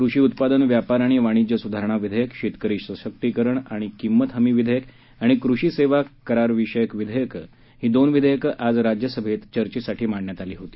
कृषी उत्पादन व्यापार आणि वाणिज्य सुधारणा विधेयक शेतकरी सशक्तीकरण आणि किंमत हमी विधेयक आणि कृषी सेवा करार विषयक विधेयक ही दोन विधेयकं आज राज्यसभेत चर्चेसाठी मांडण्यात आली होती